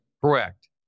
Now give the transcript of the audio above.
Correct